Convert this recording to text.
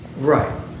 Right